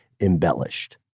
embellished